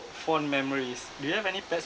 fond memories do you have any pets